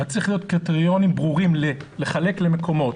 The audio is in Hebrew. אבל צריכים להיות קריטריונים ברורים לחלק למקומות,